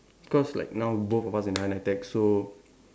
cause like now both of us in higher nitec so